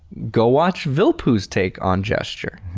go watch vilppu's take on gesture.